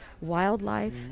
wildlife